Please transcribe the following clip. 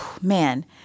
Man